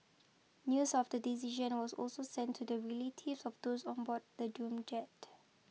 news of the decision was also sent to the relatives of those on board the doomed jet